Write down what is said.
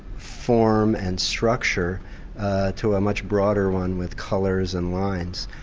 form and structure to a much broader one with colours and lines.